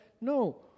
No